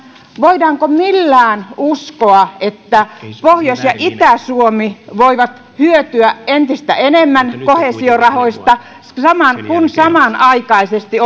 voidaanko millään uskoa että pohjois ja itä suomi voivat hyötyä entistä enemmän koheesiorahoista kun samanaikaisesti